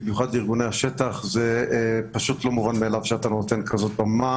זה לא מובן מאליו וזה ראוי להערכה.